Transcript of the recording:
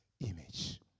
image